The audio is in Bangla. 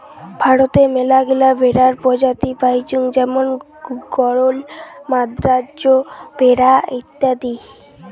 ভারতে মেলাগিলা ভেড়ার প্রজাতি পাইচুঙ যেমন গরল, মাদ্রাজ ভেড়া অত্যাদি